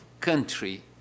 country